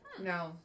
No